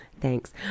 thanks